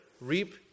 reap